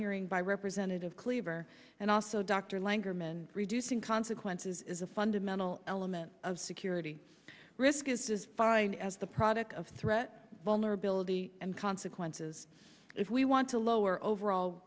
hearing by representative cleaver and also dr langer men reducing consequences is a fundamental element of security risk is just fine as the product of threat vulnerability and consequences if we want to lower overall